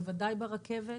בוודאי ברכבת,